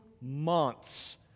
months